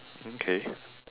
okay